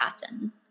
Cotton